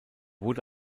wurde